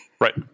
Right